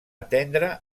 atendre